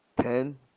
Ten